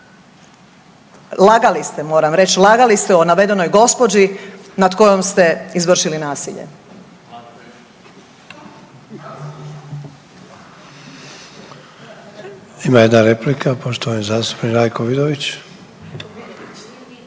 lagali ste moram reći, lagali ste o navedenoj gospođi nad kojom ste izvršili nasilje. **Sanader, Ante (HDZ)** Ima jedna replika, poštovani zastupnik Rajko Vidović